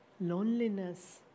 Loneliness